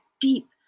deep